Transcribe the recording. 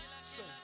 sing